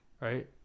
right